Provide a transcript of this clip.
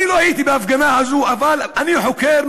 אני לא הייתי בהפגנה הזאת אבל אני חוקר,